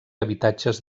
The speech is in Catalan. habitatges